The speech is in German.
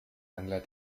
angler